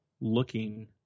looking